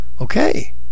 Okay